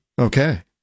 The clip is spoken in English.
Okay